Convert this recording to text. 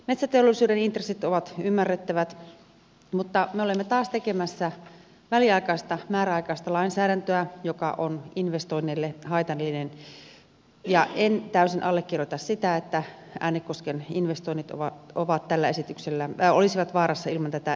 metsäteollisuuden intressit ovat ymmärrettävät mutta me olemme taas tekemässä väliaikaista määräaikaista lainsäädäntöä joka on investoinneille haitallinen ja en täysin allekirjoita sitä että äänekosken investoinnit ovat ovat tällä esityksellä ja olisivat vaarassa ilman tätä esitystä